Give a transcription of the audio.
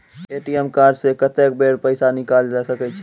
ATM card से कत्तेक बेर पैसा निकाल सके छी?